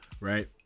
right